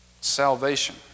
salvation